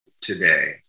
today